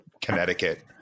Connecticut